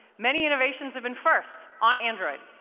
many innovations have been first on android,